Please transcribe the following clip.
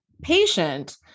patient